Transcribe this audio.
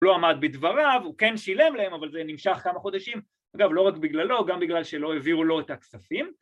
‫הוא לא עמד בדבריו, ‫הוא כן שילם להם, ‫אבל זה נמשך כמה חודשים. ‫אגב, לא רק בגללו, ‫גם בגלל שלא העבירו לו את הכספים.